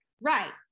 Right